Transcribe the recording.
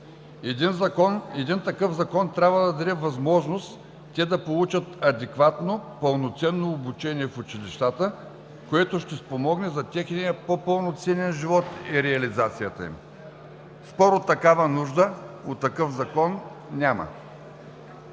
Един такъв Закон трябва да даде възможност те да получат адекватно, пълноценно обучение в училищата, което ще спомогне за техния по-пълноценен живот и реализацията им. Спор, че такава нужда от такъв Закон няма.